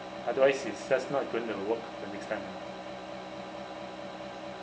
otherwise it's just not going to work the next time ah